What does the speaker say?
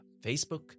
Facebook